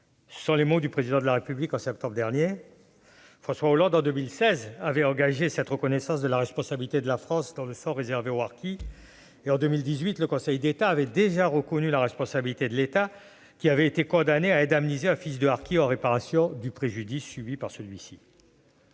furent les mots du Président de la République en septembre dernier. En 2016, François Hollande avait engagé cette reconnaissance de la responsabilité de la France dans le sort réservé aux harkis ; et en 2018 le Conseil d'État avait reconnu la responsabilité de l'État, condamné à indemniser un fils de harki en réparation du préjudice subi par celui-ci.